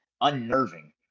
unnerving